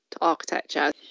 architecture